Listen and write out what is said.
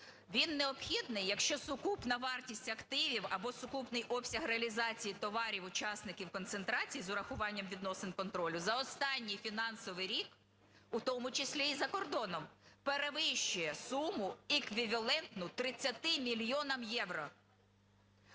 Він необхідний, якщо сукупна вартість активів або сукупний обсяг реалізації товарів-учасників концентрації, з урахуванням відносин контролю, за останній фінансовий рік, в тому числі і за кордоном, перевищує суму еквівалентну 30 мільйонам євро.